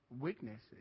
weaknesses